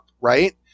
right